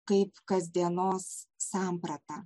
kaip kasdienos sampratą